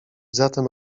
zatem